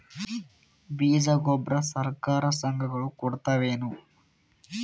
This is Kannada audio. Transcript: ಬೀಜ ಗೊಬ್ಬರ ಸರಕಾರ, ಸಂಘ ಗಳು ಕೊಡುತಾವೇನು?